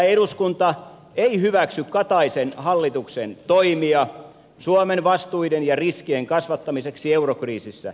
eduskunta ei hyväksy kataisen hallituksen toimia suomen vastuiden ja riskien kasvattamiseksi eurokriisissä